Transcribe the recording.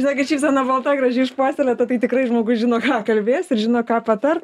žinokit šypsena balta graži išpuoselėta tai tikrai žmogus žino ką kalbės ir žino ką patart